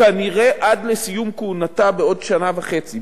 כנראה עד לסיום כהונתה בעוד שנה וחצי,